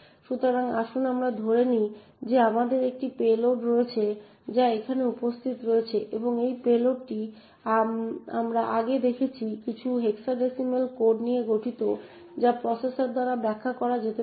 সুতরাং আসুন আমরা ধরে নিই যে আমাদের একটি পেলোড রয়েছে যা এখানে উপস্থিত রয়েছে এবং এই পেলোডটি আমরা আগে দেখেছি কিছু হেক্সাডেসিমেল কোড নিয়ে গঠিত যা প্রসেসর দ্বারা ব্যাখ্যা করা যেতে পারে